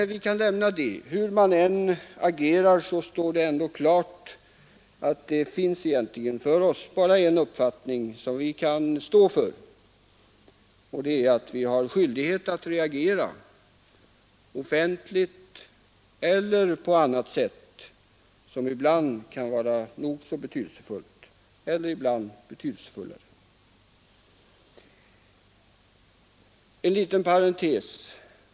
Men vi kan lämna detta; hur man än agerar är det ändå klart att det för oss egentligen bara finns en sak som vi kan stå för, nämligen att vi har skyldighet att reagera offentligt eller på annat sätt. En liten parentes!